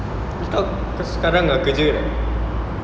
abeh kau kau sekarang dah kerja kan